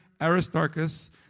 Aristarchus